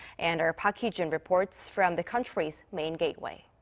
and our park hee-jun reports from the country's main gateway.